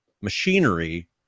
machinery